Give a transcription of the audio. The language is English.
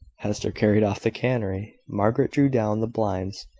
hester carried off the canary. margaret drew down the blinds,